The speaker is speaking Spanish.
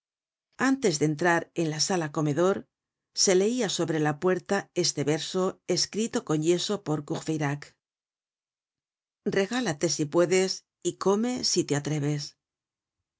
antes de entrar en la sala comedor se leia sobre la puerta esté verso escrito con yeso por courfeyrac regálate si puedes y come si te atreves